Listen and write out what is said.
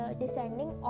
descending